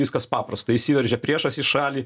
viskas paprasta įsiveržia priešas į šalį